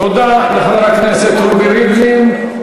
תודה לחבר הכנסת רובי ריבלין.